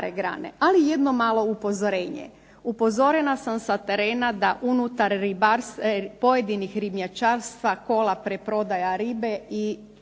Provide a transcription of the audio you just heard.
Ali jedno malo upozorenje. Upozorena sam sa terena da unutar pojedinih ribnjačarstva kola preprodaja ribe